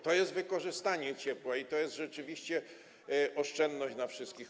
To jest wykorzystanie ciepła i to jest rzeczywiście oszczędność dla wszystkich.